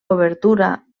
obertura